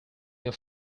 your